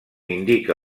indica